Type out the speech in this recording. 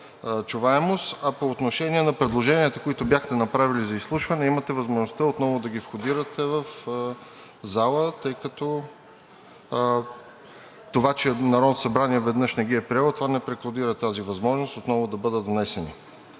чуваемост. А по отношение на предложенията, които бяхте направили за изслушване, имате възможността отново да ги входирате в залата, тъй като това, че Народното събрание веднъж не ги е приело, това не преклудира тази възможност отново да бъдат внесени.